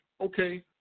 okay